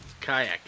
kayak